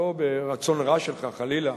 לא, אני הודעתי שמשיב, סליחה,